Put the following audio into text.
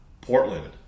portland